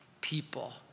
people